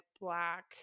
black